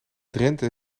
drenthe